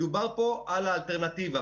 מדובר פה על האלטרנטיבה.